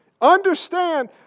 understand